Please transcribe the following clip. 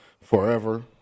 forever